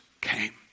came